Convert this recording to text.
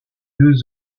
deux